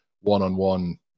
one-on-one